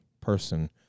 person